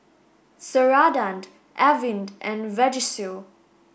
Ceradan Avene and Vagisil